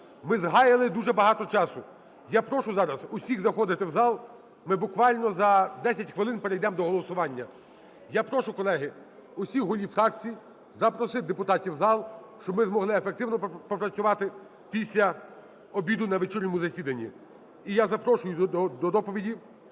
ми згаяли дуже багато часу. Я прошу зараз усіх заходити в зал, ми буквально за 10 хвилин перейдемо до голосування. Я прошу, колеги, всіх голів фракцій запросити депутатів в зал, щоб ми змогли ефективно попрацювати після обіду на вечірньому засіданні. І я запрошую до доповіді